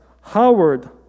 Howard